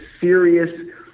serious